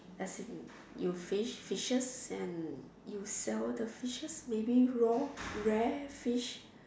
as in you fish fishes and you sell the fishes maybe raw rare fish